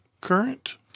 current